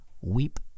weep